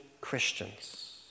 Christians